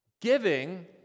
giving